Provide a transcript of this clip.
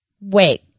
Wait